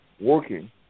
working